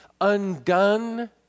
undone